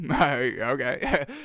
Okay